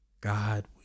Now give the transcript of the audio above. God